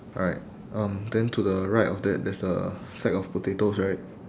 alright um then to the right of that there's a sack of potatoes right